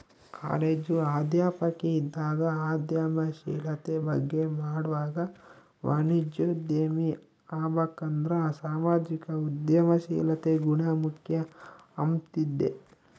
college ಅಧ್ಯಾಪಕಿ ಇದ್ದಾಗ ಉದ್ಯಮಶೀಲತೆ ಬಗ್ಗೆ ಮಾಡ್ವಾಗ ವಾಣಿಜ್ಯೋದ್ಯಮಿ ಆಬಕಂದ್ರ ಸಾಮಾಜಿಕ ಉದ್ಯಮಶೀಲತೆ ಗುಣ ಮುಖ್ಯ ಅಂಬ್ತಿದ್ದೆ